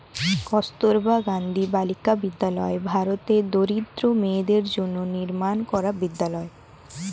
কস্তুরবা গান্ধী বালিকা বিদ্যালয় ভারতের দরিদ্র মেয়েদের জন্য নির্মাণ করা বিদ্যালয়